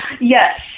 Yes